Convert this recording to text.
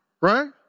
right